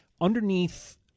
underneath